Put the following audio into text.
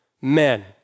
men